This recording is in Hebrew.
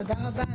תודה רבה.